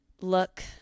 look